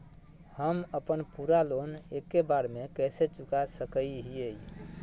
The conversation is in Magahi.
हम अपन पूरा लोन एके बार में कैसे चुका सकई हियई?